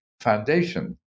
foundation